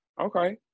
Okay